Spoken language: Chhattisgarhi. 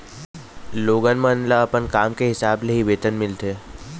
लोगन मन ल काम के हिसाब ले ही वेतन मिलथे